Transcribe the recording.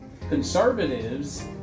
Conservatives